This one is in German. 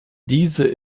diese